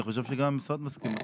אני חושב שגם המשרד מסכים.